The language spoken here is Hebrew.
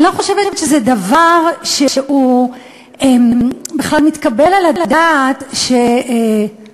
אני לא חושבת שזה דבר שהוא בכלל מתקבל על הדעת שאני,